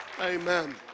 Amen